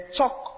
talk